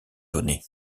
donné